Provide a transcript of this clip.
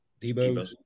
DeBose